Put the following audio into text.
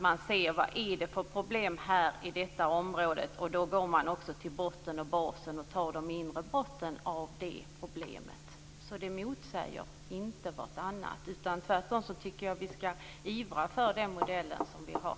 Man ser vad det finns för problem i ett område, och så går man till botten med dem och tar även itu med de mindre brotten. Det finns ingen motsättning när det gäller dessa modeller. Jag tycker tvärtom att vi skall ivra för den modell som vi har.